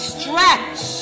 Stretch